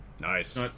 nice